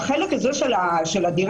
בחלק הזה של הדירה,